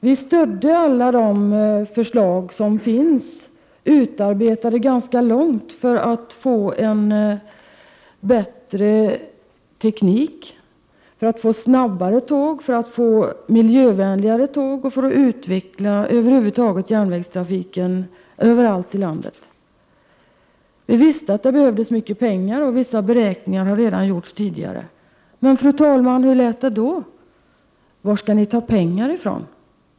Vi stödde alla de förslag som utarbetats ganska långt för att få en bättre teknik, för att få snabbare tåg, för att få miljövänligare tåg och för att över huvud taget utveckla järnvägstrafiken överallt i landet. Vi visste att det behövdes mycket pengar, och vissa beräkningar har gjorts redan tidigare. Men, fru talman, hur lät det då? Varifrån skall ni ta pengarna?